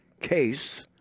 case